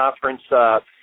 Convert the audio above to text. Conference